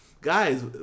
guys